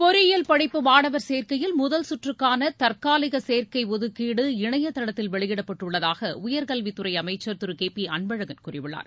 பொறியியல் படிப்பு மாணவர் சேர்க்கையில் முதல் சுற்றுக்கான தற்காலிக சேர்க்கை ஒதுக்கீடு இணையதளத்தில் வெளியிடப்பட்டுள்ளதாக உயர்கல்வித்துறை அமைச்சர் திரு கே பி அன்பழகன் கூறியுள்ளார்